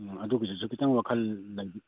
ꯎꯝ ꯑꯗꯨꯒꯤꯗꯨꯁꯨ ꯈꯤꯇꯪ ꯋꯥꯈꯜ